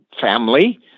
family